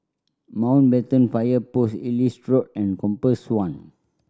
Mountbatten Fire Post Ellis and Compass One